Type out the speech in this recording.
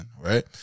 Right